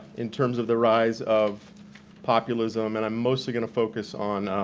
in terms of the rise of populism. and i'm mostly gonna focus on